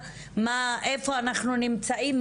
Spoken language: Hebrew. איפה אנחנו נמצאים,